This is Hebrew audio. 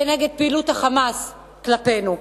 כנגד פעילות ה"חמאס" כלפינו.